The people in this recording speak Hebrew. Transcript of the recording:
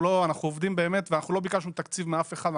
אנחנו עובדים באמת ואנחנו לא ביקשנו תקציב מאף אחד.